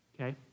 Okay